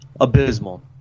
abysmal